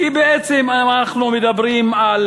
כי בעצם אנחנו מדברים על